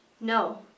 No